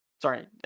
Sorry